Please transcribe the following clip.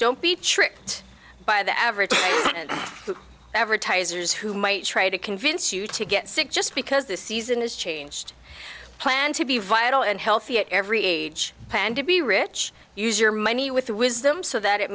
be tricked by the average ever ties or as who might try to convince you to get sick just because the season has changed plan to be viable and healthy at every age and to be rich use your money with wisdom so that it